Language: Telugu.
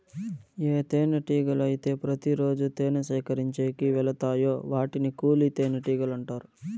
ఏ తేనెటీగలు అయితే ప్రతి రోజు తేనె సేకరించేకి వెలతాయో వాటిని కూలి తేనెటీగలు అంటారు